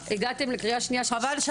הכול.